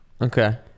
Okay